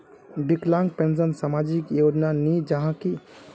विकलांग पेंशन सामाजिक योजना नी जाहा की?